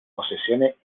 posesiones